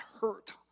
hurt